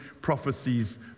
prophecies